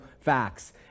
facts